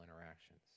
interactions